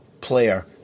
player